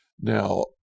Now